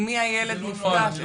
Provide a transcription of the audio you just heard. עם מי הילד נפגש.